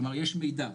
כלומר יש מידע.